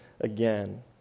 again